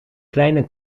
kleine